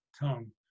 tongue